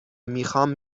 میخوام